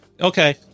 Okay